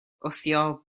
wthio